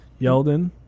Yeldon